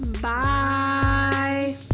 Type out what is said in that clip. Bye